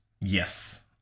Yes